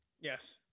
Yes